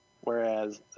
Whereas